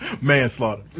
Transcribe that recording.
Manslaughter